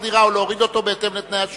הדירה או להוריד אותו בהתאם לתנאי השוק.